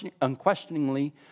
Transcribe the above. unquestioningly